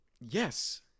Yes